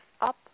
up